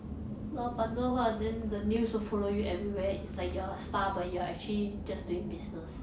老板的话 then the news will follow you everywhere it's like you're a star but you are actually just doing business